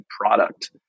product